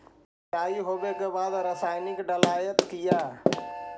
सीचाई हो बे के बाद रसायनिक डालयत किया?